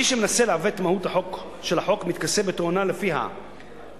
מי שמנסה לעוות את מהות החוק מתכסה בתואנה שלפיה אי-אפשר,